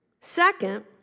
Second